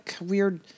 weird